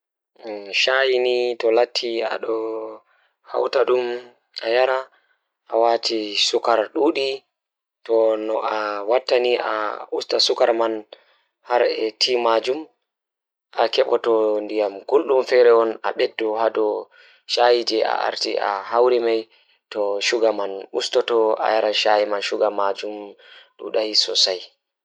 So tawii miɗo waɗa njamaaji ngal e dow ɗiɗi ngal, mi waɗataa waawi waɗude waɗi ɗiɗo ngal ngam njiddaade fiyaangu ngal. Njimaaji oɗɗo njiddaade ngam ɗum njiddaade rewɓe ngal. Miɗo waɗataa waawi ɗaɓɓude ngal miɗo waɗa. Ko njangol ngal rewɓe ngal ngal miɗo waɗa ngam njiddaade ngal sabu ngal